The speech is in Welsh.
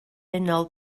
unol